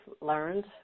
learned